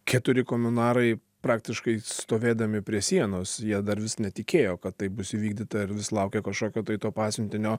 keturi komunarai praktiškai stovėdami prie sienos jie dar vis netikėjo kad tai bus įvykdyta ir vis laukė kažkokio tai to pasiuntinio